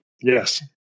Yes